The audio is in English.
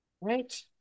Right